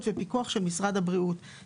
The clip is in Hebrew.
ופיקוח של משרד הבריאות על ההרשאות.